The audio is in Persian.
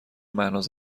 مهناز